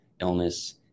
illness